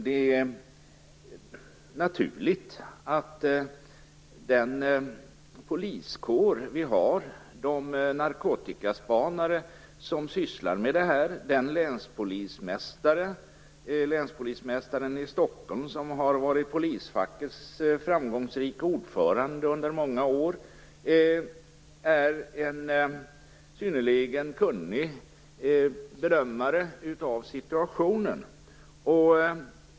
Det är naturligt att den poliskår vi har, de narkotikaspanare som sysslar med det här och länspolismästaren i Stockholm, som har varit polisfackets framgångsrike ordförande under många år, är synnerligen kunniga bedömare av situationen.